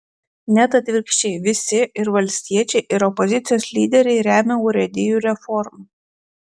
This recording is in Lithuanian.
net atvirkščiai visi ir valstiečiai ir opozicijos lyderiai remia urėdijų reformą